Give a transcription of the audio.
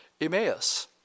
Emmaus